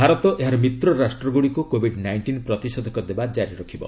ଭାରତ ଏହାର ମିତ୍ର ରାଷ୍ଟ୍ରଗୁଡ଼ିକୁ କୋବିଡ୍ ନାଇଷ୍ଟିନ୍ ପ୍ରତିଷେଧକ ଦେବା ଜାରି ରଖିବ